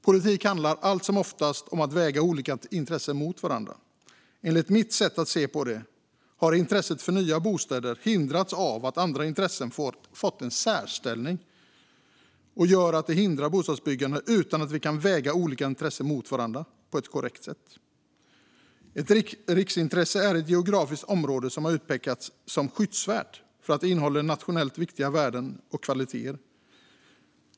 Politik handlar allt som oftast om att väga olika intressen mot varandra. Enligt mitt sätt att se på det har intresset av nya bostäder hindrats av att andra intressen fått en särställning som gör att de hindrar bostadsbyggande, då vi inte kan väga olika intressen mot varandra på ett korrekt sätt. Ett riksintresse är ett geografiskt område som har utpekats som skyddsvärt för att det innehåller nationellt viktiga värden och kvaliteter.